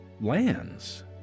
lands